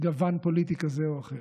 גוון פוליטי כזה או אחר.